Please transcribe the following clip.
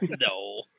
No